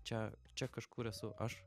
čia čia kažkur esu aš